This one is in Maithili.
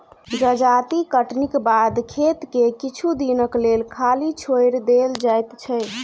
जजाति कटनीक बाद खेत के किछु दिनक लेल खाली छोएड़ देल जाइत छै